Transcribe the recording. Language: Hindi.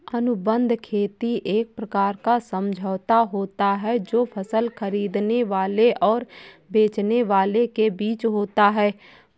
अनुबंध खेती एक प्रकार का समझौता होता है जो फसल खरीदने वाले और बेचने वाले के बीच होता है